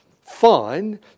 fine